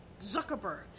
Zuckerberg